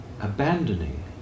abandoning